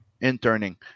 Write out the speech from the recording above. Interning